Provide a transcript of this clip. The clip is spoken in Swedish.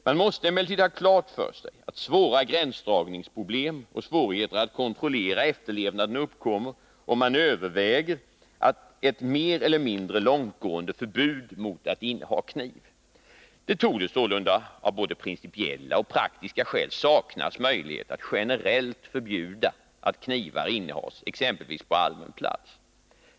Man måste emellertid ha klart för sig att svåra gränsdragningsproblem och svårigheter att kontrollera efterlevnaden uppkommer, om man överväger ett mer eller mindre långtgående förbud mot att inneha kniv. Det torde sålunda av både principiella och praktiska skäl saknas möjlighet att generellt förbjuda att knivar innehas exempelvis på allmän plats.